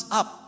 up